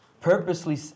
Purposely